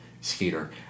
Skeeter